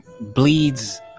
bleeds